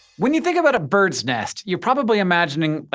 when you think about a birds' nest, you're probably imagining, but